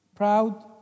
proud